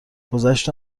گذشت